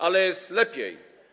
Ale jest lepiej.